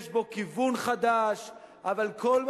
יש בו כיוון חדש,